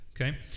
okay